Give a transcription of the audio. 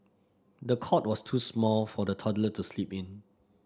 the cot was too small for the toddler to sleep in